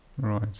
Right